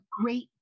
great